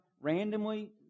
randomly